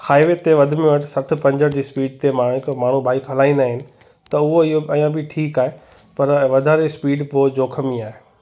highway ते वध में वधि सत पंजहठि जे स्पीड ते मां हिकु माण्हू बाइक हलाईंदा आहिनि त उहो इहो अञा बि ठीकु आहे पर वधारे स्पीड पोइ जोख़िम ई आहे